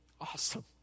Awesome